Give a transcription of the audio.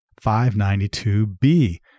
592B